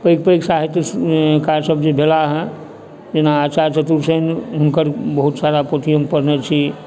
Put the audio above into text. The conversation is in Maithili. पैघ पैघ साहित्यकार सभ जे भेलाहँ जेना आचार्य चतुरसेन हुनकर हम बहुत सारा पोथी पढ़ने छी